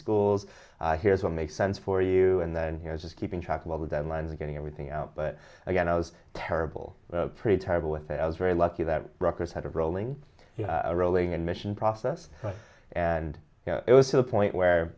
schools here's what makes sense for you and then he was just keeping track of all the deadlines and getting everything out but again i was terrible pretty terrible with it i was very lucky that rockers had a rolling rolling admission process and it was to the point where